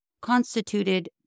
constituted